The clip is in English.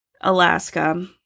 Alaska